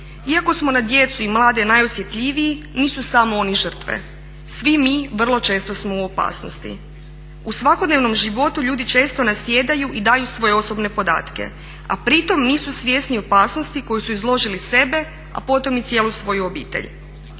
Iako smo na djecu i mlade najosjetljiviji nisu samo oni žrtve, svi mi vrlo često smo u opasnosti. U svakodnevnom životu ljudi često nasjedaju i daju svoje osobne podatke, a pritom nisu svjesni opasnosti kojoj su izložili sebe a potom i cijelu svoju obitelj.